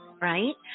right